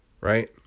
right